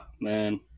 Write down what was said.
man